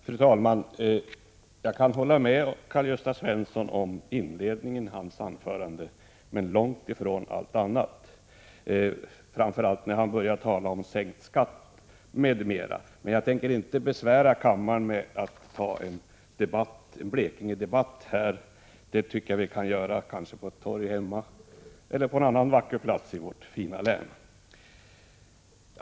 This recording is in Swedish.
Fru talman! Jag kan hålla med Karl-Gösta Svenson om det han sade i inledningen av sitt anförande, men långt ifrån allt annat, framför allt när han började tala om sänkt skatt. Men jag tänker inte besvära kammaren med att ta en Blekingedebatt här — det kanske vi kan göra på torg hemma eller på någon annan vacker plats i vårt fina län.